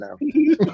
now